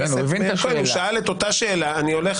חבר הכנסת מאיר כהן, הוא שאל אותה שאלה.